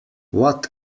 what